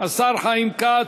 השר חיים כץ,